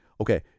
Okay